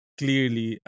clearly